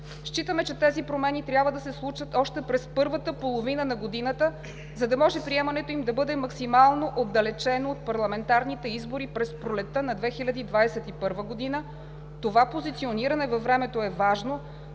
Считаме, че трябва да се случат още през първата половина на годината, за да може приемането им да бъде максимално отдалечено от парламентарните избори през пролетта на 2021 г. Това позициониране във времето е важно,